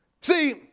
See